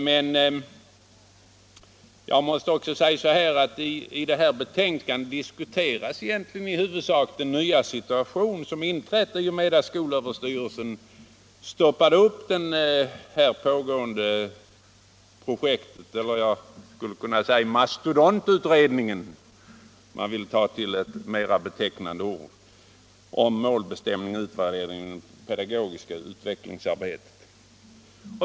Men jag måste också säga att i det här betänkandet i huvudsak diskuteras den nya situation som inträtt i och med att skolöverstyrelsen stoppade upp det pågående projektet — jag skulle kunna säga mastodontutredningen, om jag vill ta till ett mer betecknande ord - om målbestämning och utvärdering av det pedagogiska utvecklingsarbetet.